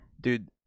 Dude